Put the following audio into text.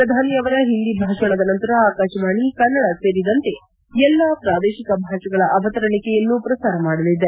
ಪ್ರಧಾನಿ ಅವರ ಹಿಂದಿ ಭಾಷಣದ ನಂತರ ಆಕಾಶವಾಣಿ ಕನ್ನಡ ಸೇರಿದಂತೆ ಎಲ್ಲಾ ಪ್ರಾದೇಶಿಕ ಭಾಷೆಗಳ ಅವತರಣಿಕೆಯನ್ನೂ ಪ್ರಸಾರ ಮಾಡಲಿದೆ